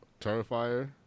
Terrifier